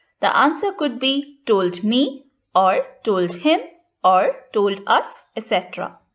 the answer could be told me or told him or told us etc.